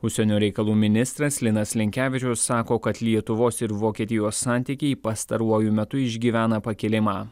užsienio reikalų ministras linas linkevičius sako kad lietuvos ir vokietijos santykiai pastaruoju metu išgyvena pakilimą